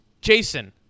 Jason